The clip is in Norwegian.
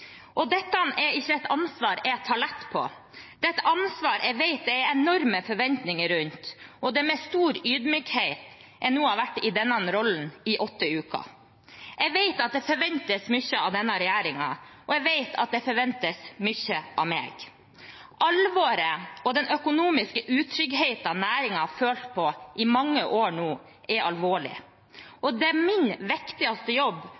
på. Dette er ikke et ansvar jeg tar lett på. Det er et ansvar jeg vet det er enorme forventninger rundt, og det er med stor ydmykhet jeg nå har vært i denne rollen i åtte uker. Jeg vet at det forventes mye av denne regjeringen, og jeg vet at det forventes mye av meg. Alvoret og den økonomiske utryggheten næringen har følt på i mange år nå, er alvorlig. Det er min viktigste jobb